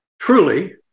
truly